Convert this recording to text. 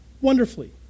wonderfully